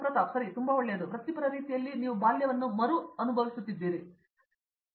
ಪ್ರತಾಪ್ ಹರಿದಾಸ್ ಸರಿ ತುಂಬಾ ಒಳ್ಳೆಯದು ವೃತ್ತಿಪರ ರೀತಿಯಲ್ಲಿ ನೀವು ಬಾಲ್ಯವನ್ನು ಮರುಭ್ರಮಿಸುತ್ತಿದ್ದೀರಿ